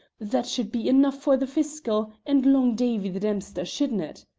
that should be enough for the fiscal and long davie the dempster, shouldn't it?